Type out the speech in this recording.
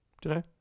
today